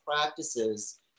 practices